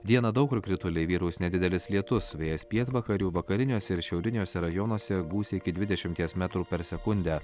dieną daug kur krituliai vyraus nedidelis lietus vėjas pietvakarių vakariniuose ir šiauriniuose rajonuose gūsiai iki dvidešimt metrų per sekundę